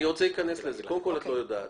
את לא יודעת.